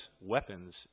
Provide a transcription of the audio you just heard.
weapons